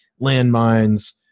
landmines